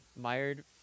Mired